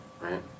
right